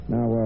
Now